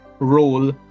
role